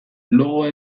logoa